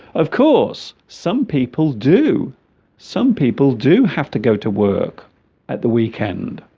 of course some people do some people do have to go to work at the weekend